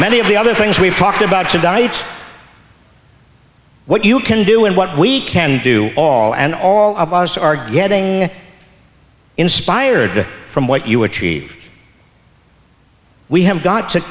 many of the other things we've talked about to diets what you can do and what we can do all and all of us are getting inspired from what you achieve we have got to